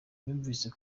yumvise